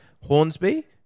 Hornsby